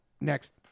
Next